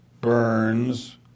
Burns